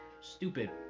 stupid